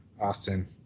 Austin